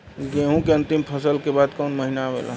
गेहूँ के अंतिम फसल के बाद कवन महीना आवेला?